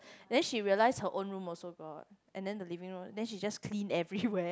then she realise her own room also got and then the living room then she just clean everywhere